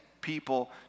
people